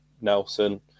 Nelson